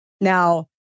Now